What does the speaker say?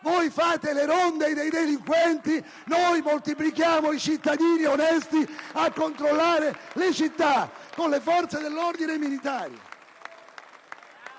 Voi fate le ronde dei delinquenti, mentre noi moltiplichiamo i cittadini onesti che controllano le città con le forze dell'ordine ed i militari!